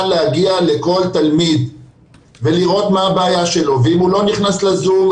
להגיע לכל תלמיד ולראות מה הבעיה שלו ואם הוא לא נכנס לזום,